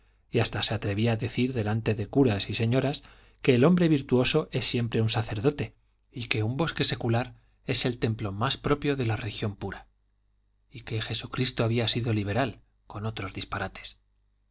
y hasta se atrevía a decir delante de curas y señoras que el hombre virtuoso es siempre un sacerdote y que un bosque secular es el templo más propio de la religión pura y que jesucristo había sido liberal con otros disparates